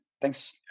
Thanks